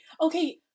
Okay